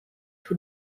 who